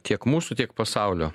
tiek mūsų tiek pasaulio